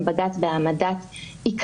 למגילת העצמאות יש מעמד פרשני.